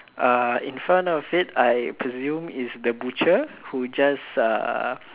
uh in front of it I presume is the butcher who just uh